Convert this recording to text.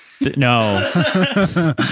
no